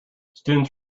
students